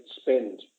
spend